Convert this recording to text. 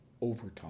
overtime